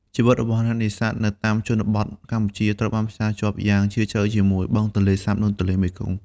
ជីវិតរបស់អ្នកនេសាទនៅតាមជនបទកម្ពុជាត្រូវបានផ្សារភ្ជាប់យ៉ាងជ្រាលជ្រៅជាមួយ បឹងទន្លេសាប និងទន្លេមេគង្គ។